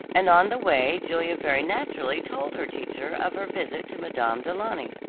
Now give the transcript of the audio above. and on the way julia very naturally told her teacher of her visit to madame du launy.